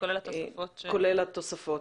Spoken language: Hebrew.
כולל התוספות.